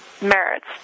merits